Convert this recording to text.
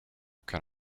can